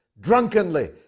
drunkenly